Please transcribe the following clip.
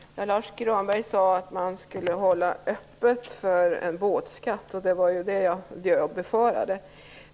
Herr talman! Lars U Granberg sade att man skulle hålla öppet för en båtskatt, och det var ju det jag befarade.